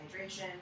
hydration